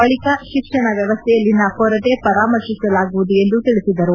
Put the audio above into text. ಬಳಿಕ ಶಿಕ್ಷಣ ವ್ಯವಸ್ಥೆಯಲ್ಲಿನ ಕೊರತೆ ಪರಾಮರ್ಶಿಸಲಾಗುವುದು ಎಂದು ತಿಳಿಸಿದರು